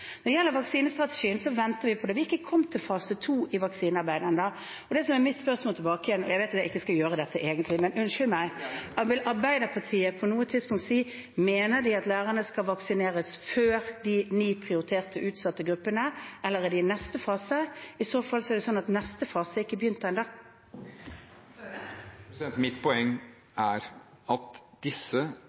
Når det gjelder vaksinestrategien, venter vi på det. Vi er ikke kommet til fase 2 i vaksinearbeidet ennå. Det som er mitt spørsmål tilbake igjen, og jeg vet at jeg egentlig ikke skal gjøre dette, så unnskyld meg, men vil Arbeiderpartiet på noe tidspunkt si at de mener lærerne skal vaksineres før de ni prioriterte utsatte gruppene, eller er de i neste fase? I så fall er det sånn at neste fase ennå ikke er begynt. Jonas Gahr Støre – til oppfølgingsspørsmål. Det viktigste er barna, sier statsministeren. Ja, men mitt poeng er at